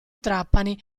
trapani